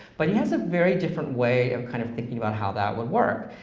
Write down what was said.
but he has a very different way of kind of thinking about how that would work.